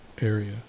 area